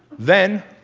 then